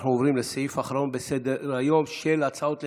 אנחנו עוברים לסעיף האחרון של ההצעות לסדר-היום,